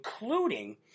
including